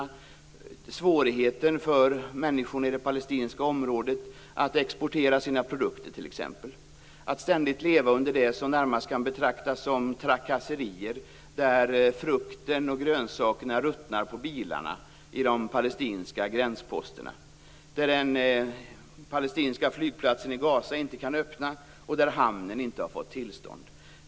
Det handlar om svårigheter för människor i det palestinska området att exportera sina produkter t.ex. Man lever ständigt med något som närmast kan betraktas som trakasserier. Frukten och grönsakerna ruttnar i bilarna vid de palestinska gränsposterna. Den palestinska flygplatsen i Gaza kan inte öppna, och hamnen har inte fått tillstånd.